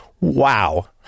Wow